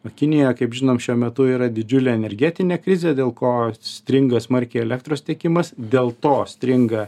o kinija kaip žinom šiuo metu yra didžiulė energetinė krizė dėl ko stringa smarkiai elektros tiekimas dėl to stringa